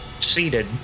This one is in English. seated